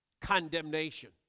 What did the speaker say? condemnation